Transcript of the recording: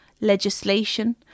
legislation